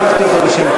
לא להגזים.